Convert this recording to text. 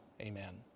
Amen